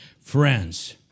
friends